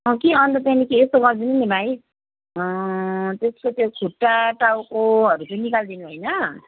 कि अन्त त्यहाँदेखि यसो गरिदिनु नि भाइ त्यसको त्यो खुट्टा टाउकोहरू चाहिँ निकालिदिनु होइन